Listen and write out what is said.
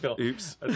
Oops